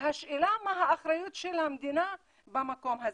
והשאלה מה האחריות של המדינה במקום הזה.